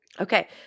Okay